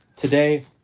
Today